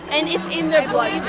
and it's in their blood